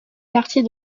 quartier